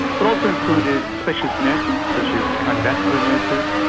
but also included specialist nurses such as cardiovascular nurses,